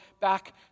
back